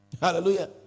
Hallelujah